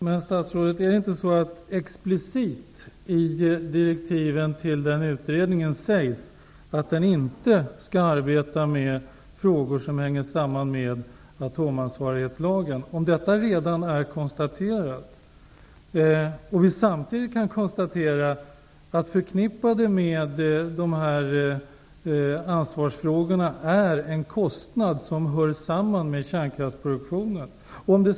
Herr talman! Men statsrådet, är det inte så att det explicit i direktiven till utredningen sägs att den inte skall arbeta med frågor som hänger samman med atomansvarighetslagen. Man kan konstatera att förknippade med ansvarsfrågorna är de kostnader som hör samman med kärnkraftsproduktionen.